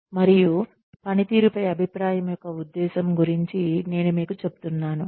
మరియు పనితీరుపై అభిప్రాయం యొక్క ఉద్దేశ్యం గురించి నేను మీకు చెప్తున్నాను